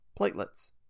Platelets